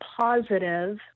positive